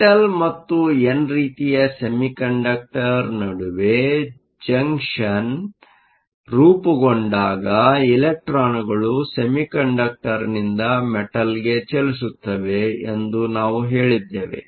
metal ಮತ್ತು N ರೀತಿಯ semiconductor ನಡುವೆ ಜಂಕ್ಷನ್ ರೂಪುಗೊಂಡಾಗ ಇಲೆಕ್ಟ್ರಾನ್ಗಳು ಸೆಮಿಕಂಡಕ್ಟರ್ನಿಂದ ಮೆಟಲ್ಗೆ ಚಲಿಸುತ್ತವೆ ಎಂದು ನಾವು ಹೇಳಿದ್ದೇವೆ